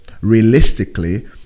realistically